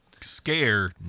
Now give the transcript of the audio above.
Scare